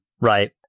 Right